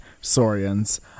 saurians